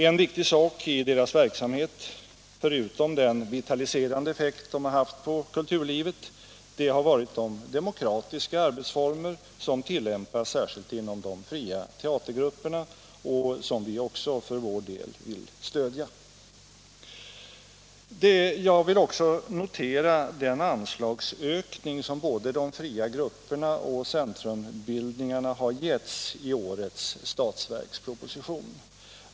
En viktig sak i deras verksamhet, förutom den vitaliserande effekt de haft på kulturlivet, har varit de demokratiska arbetsformer som tilllämpats, särskilt inom de fria teatergrupperna, som också vi för vår del vill stödja. Jag vill även notera den anslagsökning som de fria grupperna och centrumbildningarna givits i årets budgetproposition.